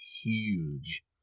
huge